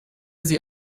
sie